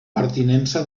pertinença